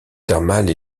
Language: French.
thermales